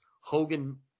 Hogan